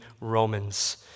Romans